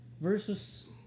versus